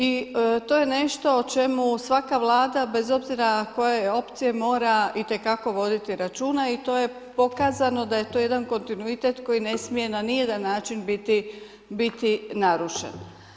I to je nešto o čemu svaka vlada bez obzira koje opcije mora itekako voditi računa i to je pokazano da je to jedan kontinuitet koji ne smije ni na jedan način biti narušen.